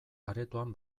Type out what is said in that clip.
aretoan